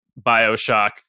Bioshock